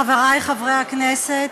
חברי חברי הכנסת,